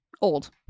old